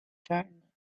turned